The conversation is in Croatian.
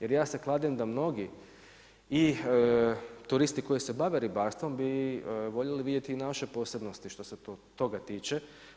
Jer ja se kladim da mnogi i turisti koji se bave ribarstvom bi voljeli vidjeti naše posebnosti što se toga tiče.